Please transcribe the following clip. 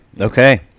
okay